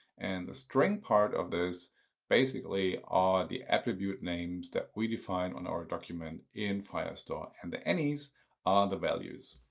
and the string part of this basically are the attribute names that we define on our document in firestore, and the any's are the values.